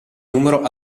numero